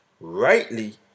rightly